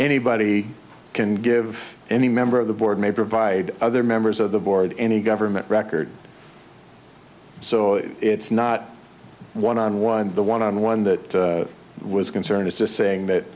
anybody can give any member of the board may provide other members of the board any government record so it's not one on one the one on one that was concerned is just saying that